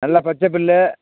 நல்லா பச்சப்புல்லு